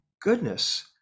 goodness